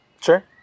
sure